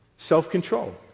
Self-control